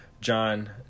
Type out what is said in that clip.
John